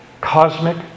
cosmic